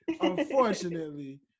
Unfortunately